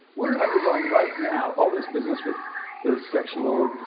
we're undergoing, right now, all this business with the sexual,